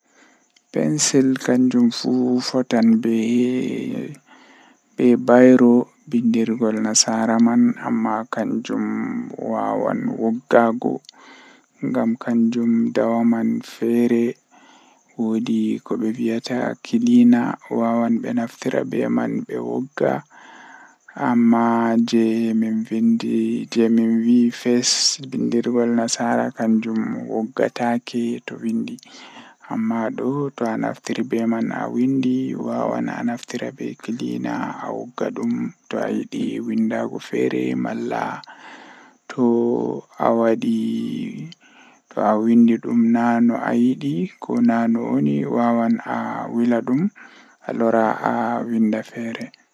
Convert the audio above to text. Ko rayuwa hunde nufata kanjum woni adon joodi jam be jam haa saare ma adon nyama boddum adon waala haa babal boddum adon borna boddum nden adon mari ceede jei he'ata ma awawan waduki ko ayidi wadugo fuu.